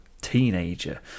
teenager